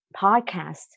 podcast